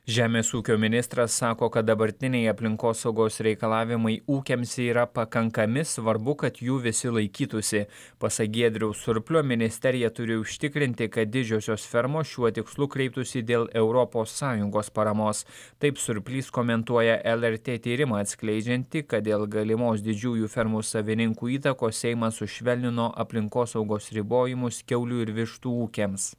žemės ūkio ministras sako kad dabartiniai aplinkosaugos reikalavimai ūkiams yra pakankami svarbu kad jų visi laikytųsi pasak giedriaus surplio ministerija turi užtikrinti kad didžiosios fermos šiuo tikslu kreiptųsi dėl europos sąjungos paramos taip surplys komentuoja lrt tyrimą atskleidžiantį kad dėl galimos didžiųjų fermų savininkų įtakos seimas sušvelnino aplinkosaugos ribojimus kiaulių ir vištų ūkiams